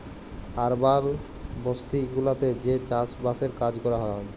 আরবাল বসতি গুলাতে যে চাস বাসের কাজ ক্যরা হ্যয়